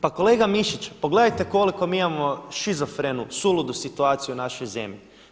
Pa kolega Mišić, pogledajte koliko mi imamo šizofrenu, suludu situaciju u našoj zemlji.